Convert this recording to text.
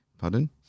Pardon